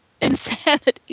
insanity